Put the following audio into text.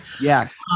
Yes